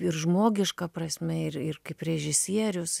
ir žmogiška prasme ir ir kaip režisierius